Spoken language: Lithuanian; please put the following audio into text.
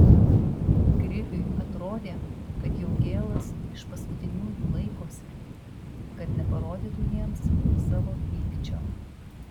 kriviui atrodė kad jaugėlas iš paskutiniųjų laikosi kad neparodytų jiems savo pykčio